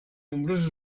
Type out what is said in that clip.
nombroses